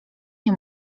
nie